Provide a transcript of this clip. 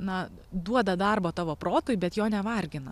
na duoda darbo tavo protui bet jo nevargina